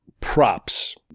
props